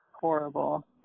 horrible